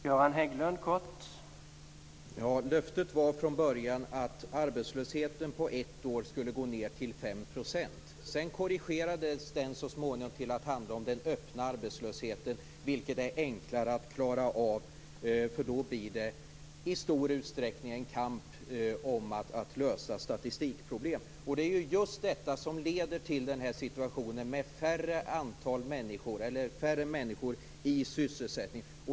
Herr talman! Löftet var från början att arbetslösheten på ett år skulle gå ned till 5 %. Sedan korrigerades detta så småningom till att handla om den öppna arbetslösheten, vilken är enklare att klara av, eftersom det då i stor utsträckning blir en kamp om att lösa statistikproblem. Det är ju just detta som leder till denna situation med färre människor i sysselsättning.